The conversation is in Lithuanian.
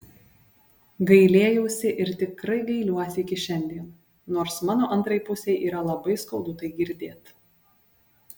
gailėjausi ir tikrai gailiuosi iki šiandien nors mano antrai pusei yra labai skaudu tai girdėt